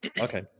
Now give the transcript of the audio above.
okay